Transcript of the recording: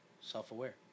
self-aware